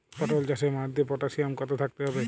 পটল চাষে মাটিতে পটাশিয়াম কত থাকতে হবে?